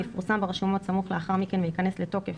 יפורסם ברשומות סמוך לאחר מכן וייכנס לתוקף